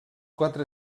quatre